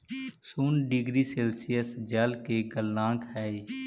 शून्य degree Celsius जल के गलनांक हई